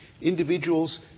individuals